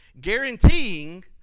guaranteeing